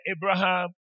Abraham